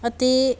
ਅਤੇ